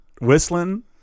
whistling